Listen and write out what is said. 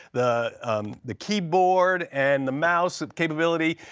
the um the keyboard and the mouse capability,